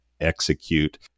execute